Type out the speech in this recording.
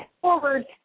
forward